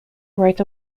writes